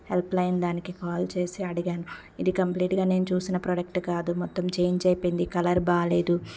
help line దానికి call చేసి అడిగాను ఇది కంప్లీటుగా నేను చూసిన ప్రోడక్ట్ కాదు మొత్తం చేంజ్ అయిపోయింది కలర్ బాగాలేదు